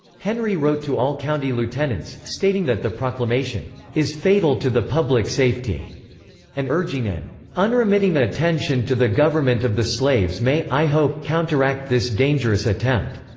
henry wrote to all county lieutenants, stating that the proclamation is fatal to the publick safety and urging an unremitting attention to the government of the slaves may, i hope, counteract this dangerous attempt.